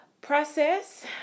process